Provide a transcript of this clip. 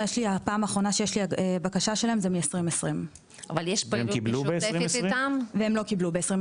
הפעם האחרונה שיש לי בקשה שלהם זה 2020. והם קיבלו ב-2020?